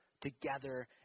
together